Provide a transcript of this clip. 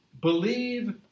believe